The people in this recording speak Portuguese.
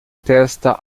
testa